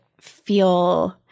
feel